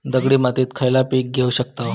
दगडी मातीत खयला पीक घेव शकताव?